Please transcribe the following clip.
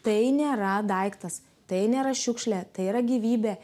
tai nėra daiktas tai nėra šiukšlė tai yra gyvybė